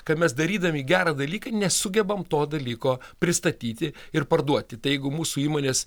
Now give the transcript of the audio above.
kad mes darydami gerą dalyką nesugebam to dalyko pristatyti ir parduoti tai jeigu mūsų įmonės